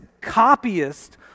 copyist